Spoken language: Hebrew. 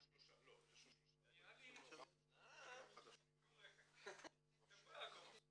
שלום לכולם וברוכים הבאים לוועדת העלייה הקליטה והתפוצות.